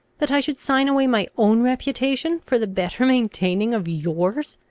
that i should sign away my own reputation for the better maintaining of yours.